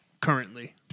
currently